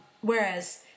Whereas